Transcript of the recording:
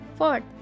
Fourth